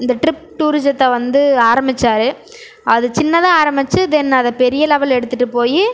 இந்த ட்ரிப் டூரிஸத்தை வந்து ஆரம்பித்தார் அதை சின்னதாக ஆரம்பித்து தென் அதை பெரிய லெவல் எடுத்துட்டுப் போயி